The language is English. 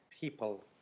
people